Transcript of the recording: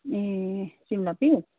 A Shimla piece